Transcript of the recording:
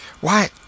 Why